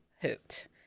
hoot